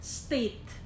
state